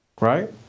right